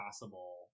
possible